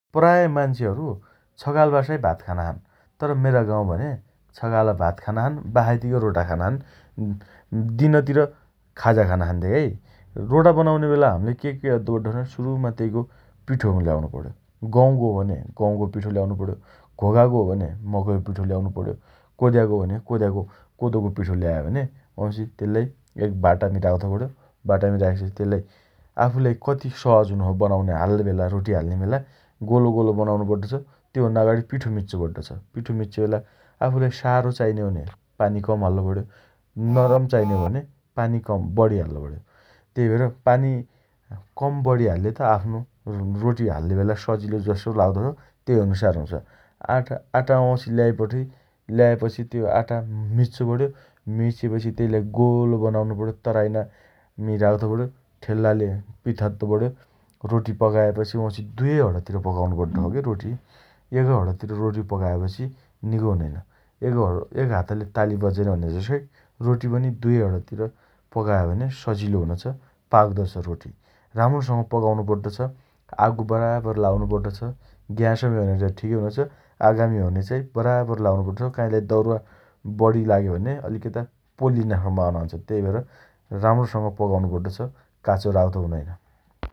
प्राय मान्छेहरू छकाल बासाइ भात खाना छन् । तर, मेरा गाउँ भने छकाल भात खाना छन् । बासाइतिका रोटा खाना छन् । उँ उँ दिनतिर खाजा खाना छन् धेकाइ । रोटा बनाउने बेला हम्ले के के अद्दो पड्डो छ भने सुरुमा तेइको पीठो मिलाउनो पण्यो । गहुँको भने गहुँको पीठो ल्याउनो पण्यो । घोकाको हो भने मकैको पीठो ल्याउनु पण्यो । कोद्याको हो भने कोद्याको कोदोको पीठो ल्यायो भने तेल्लाइ एक बाटामी राख्दो पण्यो । बाटामी राखिसकेपछि तेल्लाइ आफूलाई कति सहज हुनो छ बनाउनाइ हाल्लेबेला रोटी हाल्ले बेला गोलो गोलो बनाउनो पड्डो छ । तेइभन्ना अगाडि पीठो मिच्चो पड्ड छ । पीठो मिच्चेबेला आफूगीलाई सारो चाइने हो भने पानी कम हाल्लो पण्यो । नरम चाइने हो भने पानी कम बढी हाल्लो पण्यो । तेइ भएर पानी कमबढी हाल्ले त आफ्नो रोट रोटी हाल्ले बेला सजिलो जसो लाग्दो छ तेइ अुनसार हुन्छ । आटा आटा वाउँटि ल्याइबट ल्याएपछि त्यो आटा मिच्चो पण्यो । मिचेपछि तेइलाई गोलो बनाउनो पण्यो । तराइनामी राख्दो पण्यो । ठेल्लाले पिथाद्दो पण्यो । रोटी पकाएपछि वाँउछि दुएइ हणतिर पकाउनु पड्ड छ के रोटी एका हणतिर रोटी पकाएपछि निको हुनैनन् । एकहण एकहातले ताली बज्जैन भने जस्तै रोटी पनि दुएई हणतिर पकायो भने सजिलो हुनो छ । पाक्द छ रोटी । राम्रोसँग पकाउनो पड्ड छ । आगो बराबर लागउनो पड्डो छ । ग्यासमी छ भने ठिकै हुनो छ । आगामी हो भने चाई बराबर लाउनो पडडो छ । काई दरुवा बढी लागे भने अलिकता पोल्लिना सम्म हुना छन् । तेइ भएर राम्रोसँग पकाउनो पड्ड छ । काचो राख्तो हुनैन्न ।